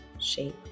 shape